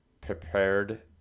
prepared